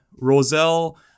Roselle